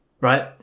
right